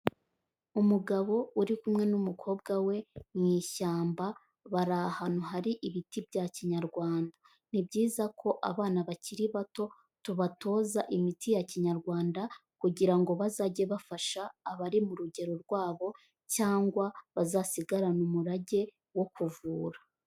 Umugabo uri kumwe n'umukobwa we mu ishyamba bari ahantu hari ibiti bya Kinyarwanda, ni byiza ko abana bakiri bato tubatoza imiti ya Kinyarwanda kugira ngo bazajye bafasha abari mu rugero rwabo cyangwa bazasigarane umurage wo kuvura.